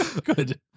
Good